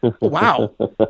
Wow